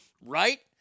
right